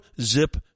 zip